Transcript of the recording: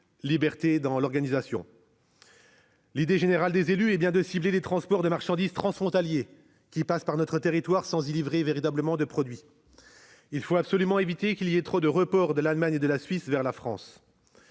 ou encore l'organisation. L'idée générale des élus est bien de cibler le transport transfrontalier de marchandises qui passe par notre territoire sans y livrer véritablement de produits. Il faut absolument éviter trop de reports de l'Allemagne et de la Suisse vers la France.